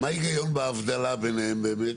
מה ההיגיון בהבדלה ביניהם באמת?